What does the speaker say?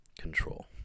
control